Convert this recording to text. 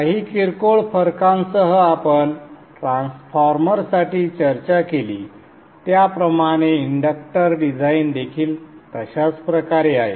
काही किरकोळ फरकांसह आपण ट्रान्सफॉर्मरसाठी चर्चा केली त्याप्रमाणे इंडक्टर डिझाइन देखील तशाच प्रकारे आहे